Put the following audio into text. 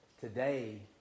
Today